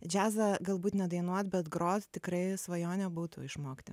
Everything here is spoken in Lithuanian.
džiazą galbūt nedainuot bet grot tikrai svajonė būtų išmokti